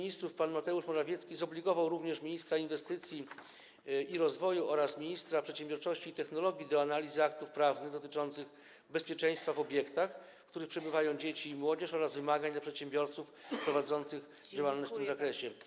Prezes Rady Ministrów pan Mateusz Morawiecki zobligował również ministra inwestycji i rozwoju oraz ministra przedsiębiorczości i technologii do analizy aktów prawnych dotyczących bezpieczeństwa w obiektach, w których przebywają dzieci i młodzież, oraz wymagań nakładanych na przedsiębiorców prowadzących działalność w tym zakresie.